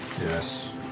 Yes